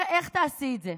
איך תעשי את זה?